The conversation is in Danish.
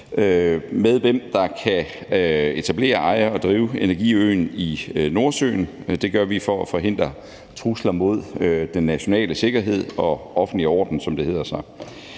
når de deltager i udbud af energiøen i Nordsøen. Det gør vi for at forhindre trusler mod den nationale sikkerhed og offentlige orden.